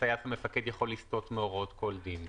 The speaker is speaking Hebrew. הטייס מפקד יכול לסטות מהוראות כל דין.